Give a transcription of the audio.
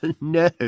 no